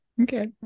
Okay